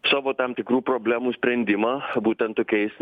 savo tam tikrų problemų sprendimą būtent tokiais